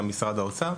משרד האוצר,